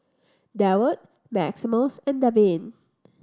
Deward Maximus and Davin